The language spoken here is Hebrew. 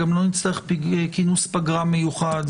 גם לא נצטרך כינוס פגרה מיוחד,